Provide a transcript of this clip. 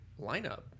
lineup